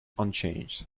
unchanged